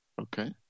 Okay